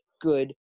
good